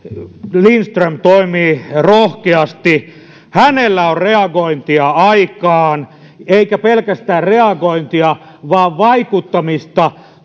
lindström toimii rohkeasti hänellä on reagointia aikaan eikä pelkästään reagointia vaan vaikuttamista